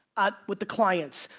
ah with the clients,